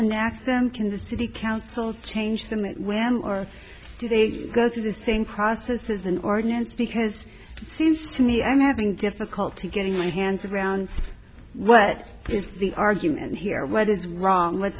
and back them can the city council change them and where or do they go through the same process is an ordinance because it seems to me and having difficulty getting my hands around what is the argument here what is wrong